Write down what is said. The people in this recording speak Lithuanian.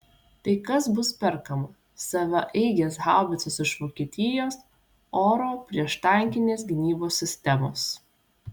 tai kas bus perkama savaeigės haubicos iš vokietijos oro prieštankinės gynybos sistemos